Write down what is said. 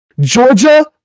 Georgia